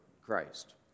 Christ